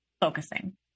focusing